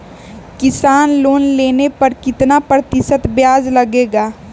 किसान लोन लेने पर कितना प्रतिशत ब्याज लगेगा?